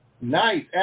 Nice